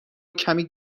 کمی